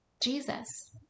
Jesus